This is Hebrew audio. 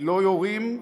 לא יורים,